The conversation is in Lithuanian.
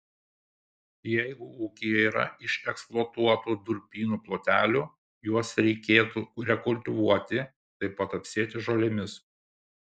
jeigu ūkyje yra išeksploatuotų durpynų plotelių juos reikėtų rekultivuoti taip pat apsėti žolėmis